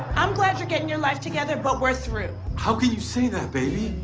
i'm glad you're getting your life together but we're through. how can you say that, baby?